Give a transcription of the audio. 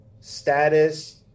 status